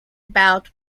bout